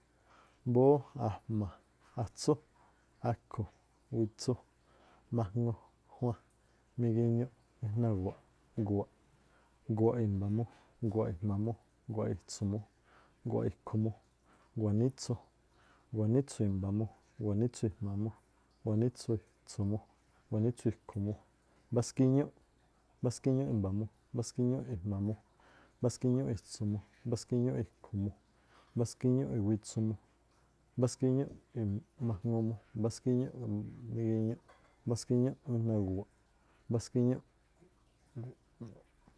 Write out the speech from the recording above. Mbóó a̱jma̱, atsú, akhu̱, witsu, majŋu, juan, migiñuꞌ, mijna guwa̱ꞌ, gu̱wa̱ꞌ gu̱wa̱ꞌ i̱mba̱mu, gu̱wa̱ꞌ i̱jma̱mu, gu̱wa̱ꞌ itsu̱mu, gu̱wa̱ꞌ ikhu̱mu, gu̱wa̱ꞌ nítsú, gu̱wa̱ꞌ nítsú i̱mba̱mu, gu̱wa̱ꞌ nítsú i̱mba̱mu, gu̱wa̱ꞌ nítsú i̱jma̱mu, gu̱wa̱ꞌ nítsú i̱tsu̱mu, gu̱wa̱ꞌ nítsú i̱khu̱mu, mbás kíñúꞌ. mbáskíñúꞌ i̱mbamu, mbáskíñúꞌ i̱jma̱mu, mbáskíñúꞌ i̱tsu̱mu, mbáskiñúꞌ i̱khu̱mu, mbáskíñúꞌ iꞌwitsumu, mbáskíñúꞌ i̱majŋu mu, mbáskíñúꞌ migi̱ñuꞌ, mbáskíñúꞌ mijna guwa̱ꞌ, mbáskíñúꞌ mbáskíñúꞌ.